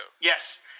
Yes